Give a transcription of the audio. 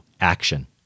action